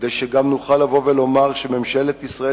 כדי שגם נוכל לבוא ולומר שממשלת ישראל